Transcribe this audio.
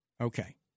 Okay